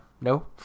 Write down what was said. No